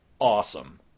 awesome